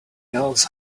knows